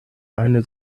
eine